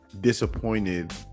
disappointed